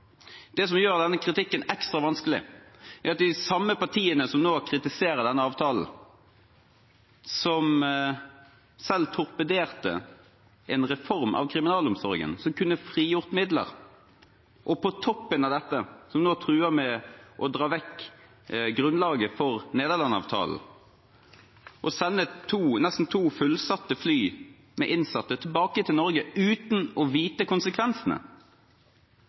Det som gjør denne kritikken ekstra vanskelig, er at det er de samme partiene som nå kritiserer denne avtalen, som selv torpederte en reform av kriminalomsorgen som kunne frigjort midler, og på toppen av dette nå truer med å dra vekk grunnlaget for Nederland-avtalen og sende nesten to fullsatte fly med innsatte tilbake til Norge, uten å vite konsekvensene.